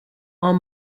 are